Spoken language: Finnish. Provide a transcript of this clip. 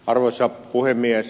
arvoisa puhemies